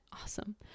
Awesome